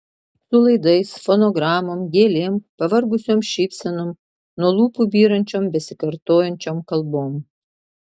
su laidais fonogramom gėlėm pavargusiom šypsenom nuo lūpų byrančiom besikartojančiom kalbom